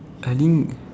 I think